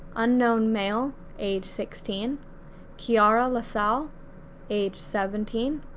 unknown male age sixteen kiara lasalle age seventeen,